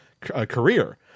career